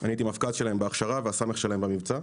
אני הייתי מפק"צ שלהם בהכשרה והס' שלהם במבצע.